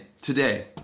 today